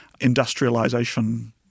industrialization